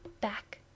back—